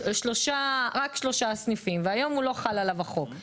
אז אומרים: נעשה את הביניים בין אלה שמרוויחים עד 10